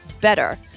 better